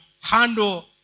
handle